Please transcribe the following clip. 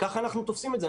כך אנחנו תופסים את זה.